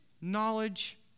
knowledge